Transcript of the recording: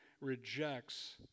rejects